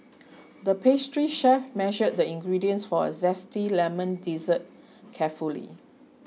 the pastry chef measured the ingredients for a Zesty Lemon Dessert carefully